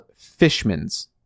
Fishmans